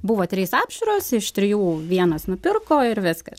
buvo trys apžiūros iš trijų vienas nupirko ir viskas